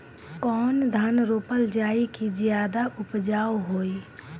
कौन धान रोपल जाई कि ज्यादा उपजाव होई?